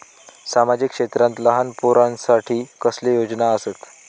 सामाजिक क्षेत्रांत लहान पोरानसाठी कसले योजना आसत?